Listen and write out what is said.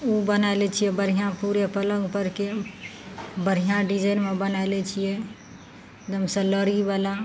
उ बनाय लै छियै बढ़िआँ पूरे पलङ्ग परके बढ़िआँ डिजाइनमे बनाय लै छियै एकदमसँ लड़ीवला